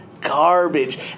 garbage